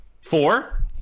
four